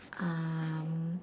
um